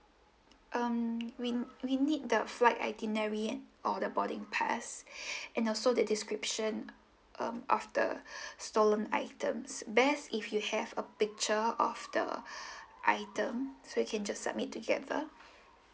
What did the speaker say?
um we we need the flight itinerary and or the boarding pass and also the description um of the stolen items best if you have a picture of the item so you can just submit together